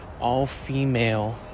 all-female